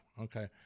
Okay